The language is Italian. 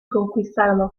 conquistarono